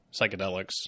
psychedelics